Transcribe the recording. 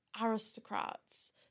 aristocrats